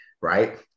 right